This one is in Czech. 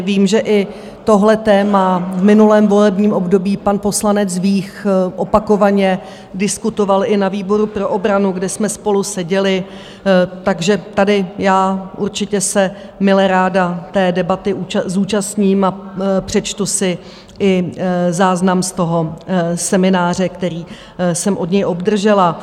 Vím, že i tohle téma v minulém volebním období pan poslanec Vích opakovaně diskutoval i na výboru pro obranu, kde jsme spolu seděli, takže tady já určitě se mileráda té debaty zúčastním a přečtu si i záznam z toho semináře, který jsem od něj obdržela.